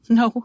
no